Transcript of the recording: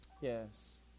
Yes